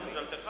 חבר הכנסת טיבי,